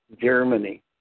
Germany